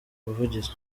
ubuvugizi